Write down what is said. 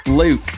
Luke